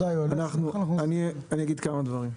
ברשותך אגיד כמה דברים.